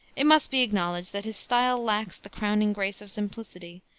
it must be acknowledged that his style lacks the crowning grace of simplicity,